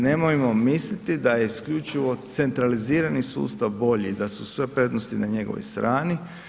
Nemojmo misliti da je isključivo centralizirani sustav bolji i da su sve prednosti na njegovoj strani.